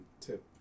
tip